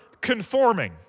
conforming